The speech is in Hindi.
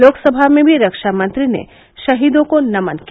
लोकसभा में भी रक्षामंत्री ने शहीदों को नमन किया